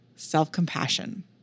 Self-compassion